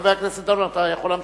חבר הכנסת דנון, אתה יכול להמשיך.